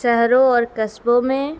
شہروں اور قصبوں میں